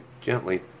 gently